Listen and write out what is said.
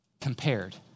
compared